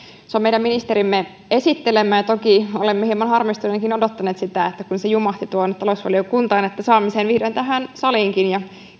on meidän ministerimme esittelemä ja toki olemme hieman harmistuneinakin odottaneet sitä kun se jumahti tuonne talousvaliokuntaan että saamme sen vihdoin tähän saliinkin ja